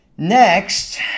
Next